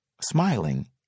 Smiling